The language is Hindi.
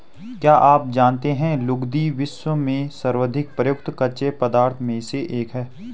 क्या आप जानते है लुगदी, विश्व में सर्वाधिक प्रयुक्त कच्चे पदार्थों में से एक है?